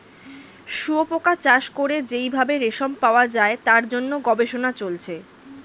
শুয়োপোকা চাষ করে যেই ভাবে রেশম পাওয়া যায় তার জন্য গবেষণা চলছে